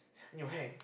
then you hang